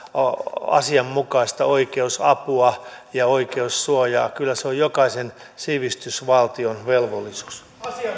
asianmukaista oikeusapua ja oikeussuojaa kyllä se on jokaisen sivistysvaltion velvollisuus